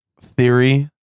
theory